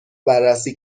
بررسی